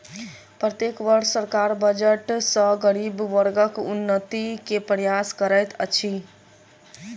प्रत्येक वर्ष सरकार बजट सॅ गरीब वर्गक उन्नति के प्रयास करैत अछि